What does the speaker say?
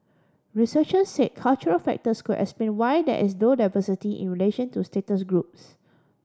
researcher say cultural factors could explain why there is low diversity in relation to status groups